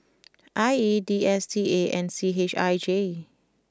I E D S T A and C H I J